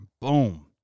Boom